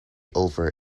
over